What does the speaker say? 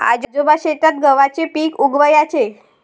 आजोबा शेतात गव्हाचे पीक उगवयाचे